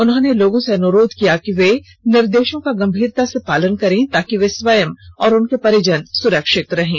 उन्होंने लोगों से अनुरोध किया कि वे निर्देशों का गंभीरता से पालन करें ताकि वे स्वयं और उनके परिजन सुरक्षित रहें